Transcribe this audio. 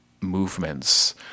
movements